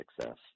success